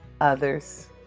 others